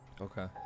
Okay